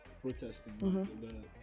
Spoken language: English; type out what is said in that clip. protesting